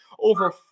over